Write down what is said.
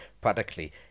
practically